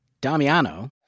Damiano